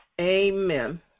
Amen